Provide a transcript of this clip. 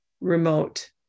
remote